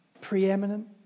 preeminent